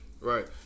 Right